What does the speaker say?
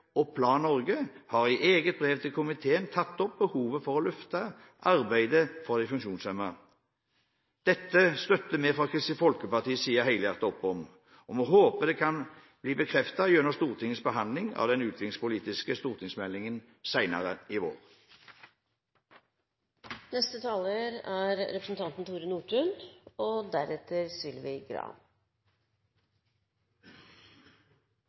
og Plan Norge har i et eget brev til komiteen tatt opp behovet for å løfte arbeidet for de funksjonshemmede. Dette støtter vi fra Kristelig Folkepartis side helhjertet opp om, og vi håper det kan bli bekreftet gjennom Stortingets behandling av den utviklingspolitiske stortingsmeldingen senere i vår. Personer med nedsatt funksjonsevne møter omfattende barrierer innen helsetjenester, utdanning, arbeidsliv og